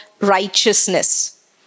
righteousness